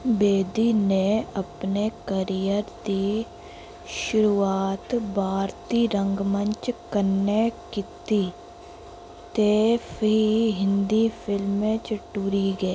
बेदी ने अपने करियर दी शुरुआत भारती रंगमंच कन्नै कीती ते फ्ही हिंदी फिल्में च टुरी गे